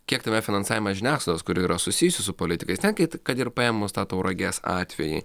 kiek tame finansavime žiniasklaidos kuri yra susijusi su politikais netgi kad ir paėmus tą tauragės atvejį